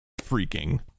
Freaking